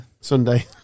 Sunday